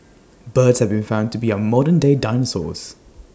birds have been found to be our modernday dinosaurs